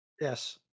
Yes